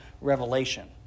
revelation